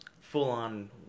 full-on